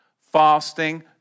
fasting